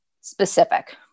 specific